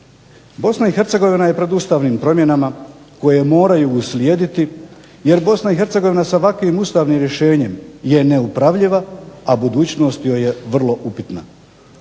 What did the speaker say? Bosna i Hercegovina je pred ustavnim promjenama koje moraju uslijediti jer BiH sa ovakvim ustavnim rješenjem je neupravljiva, a budućnost joj je vrlo upitna.